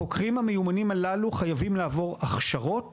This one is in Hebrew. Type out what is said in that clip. החוקרים המיומנים הללו חייבים לעבור הכשרות